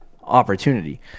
opportunity